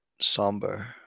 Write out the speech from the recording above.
somber